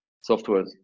software